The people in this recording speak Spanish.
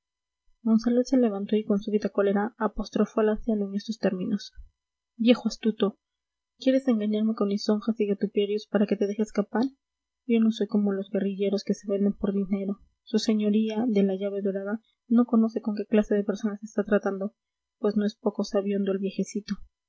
monsalud se levantó y con súbita cólera apostrofó al anciano en estos términos viejo astuto quieres engañarme con lisonjas y gatuperios para que te deje escapar yo no soy como los guerrilleros que se venden por dinero su señoría de la llave dorada no conoce con qué clase de personas está tratando pues no es poco sabihondo el viejecito